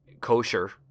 kosher